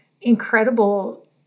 incredible